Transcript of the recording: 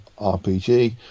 RPG